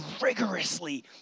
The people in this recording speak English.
rigorously